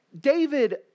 David